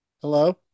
hello